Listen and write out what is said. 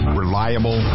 reliable